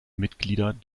mitglieder